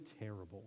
terrible